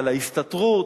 על ההסתתרות.